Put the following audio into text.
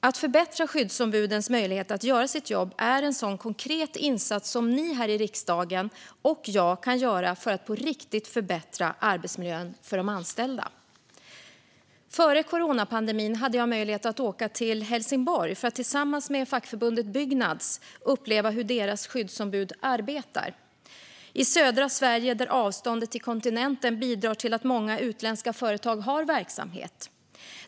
Att förbättra skyddsombudens möjlighet att göra sitt jobb är en konkret insats som ni här i riksdagen, och jag, kan göra för att på riktigt förbättra arbetsmiljön för de anställda. Före coronapandemin hade jag möjlighet att åka till Helsingborg för att tillsammans med fackförbundet Byggnads uppleva hur deras skyddsombud arbetar i södra Sverige, där avståndet till kontinenten bidrar till att många utländska företag har verksamhet.